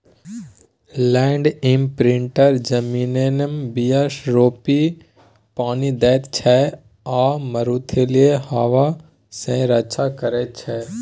land imprinter जमीनमे बीया रोपि पानि दैत छै आ मरुस्थलीय हबा सँ रक्षा करै छै